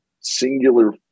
singular